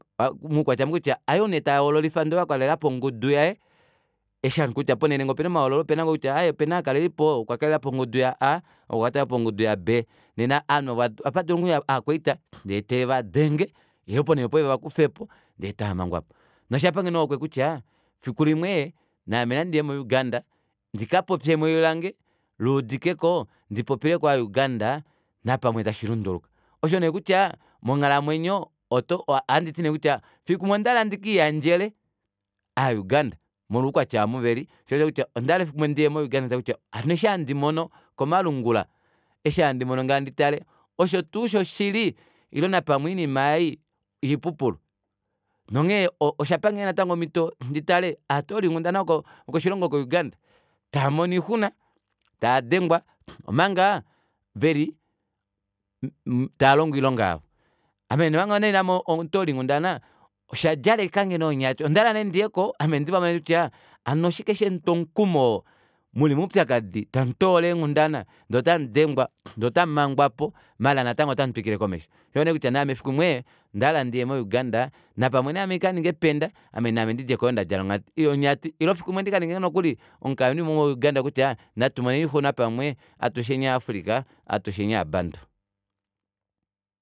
Moukwatya ou kutya hayoou nee tahoololifa ile akalelapo ongudu yaye eshi kutya ponele ngenge opena omahooloo opena ngoo ovakalelipo okwakalelapo ongudu ya a ou okwa kalelapo ongudu ya b nene oanhu ovo ohapadulu okuuya ovakwaita ndee tevadenge ile ponele opo vevakufepo ndee tamangwapo noshapange nee ohokwe kutya efikulimwe ee naame nandiye mo uganda ndika popye ewilange luudikeko ndika popile ova uganda napamwe tashi lunduluka osho nee kutya monghalamwenyo ohanditi nee kutya efikulimwe ondahala ndikii yandjele aa uganda molwo oukwatya omu veli shoo osho kutya ondahala shoo osho nee kutya ondahala efikulimwe ndiye mo uganda nokupula kutya hano eshi handi mono komalungula eshi handi mono ngee handi tale osho tuu shoshili ile napamwe oinima ei oipupulu nonghee oshapange natango omito nditale ovatoolinghundana vokoshilongo osho uganda taamono oixuna taadengwa omanga veli taalongo oilonga yavo ame naame omanga nee omutoolinghundana osha djalekange nee onyati ondahala ndiyeko ame ndivapule kutya hano oshike shemutwa omukumo muli moupyakadi tamutoola eenghundana ndee otamudengwa ndee otamu mangwapo maala natango otamutwikile komesho shoo osho nee kutya naame fikulimwe ondahala ndiye mo uganda napamwe naame handi kaninga ependa ame ndidjeko yoo ndadjala onyati ile fikulimwe nikaninge nokuli omukalimo womo uganda kutya natumoneni oixuna pamwe atusheni ova africa atusheni ova bantu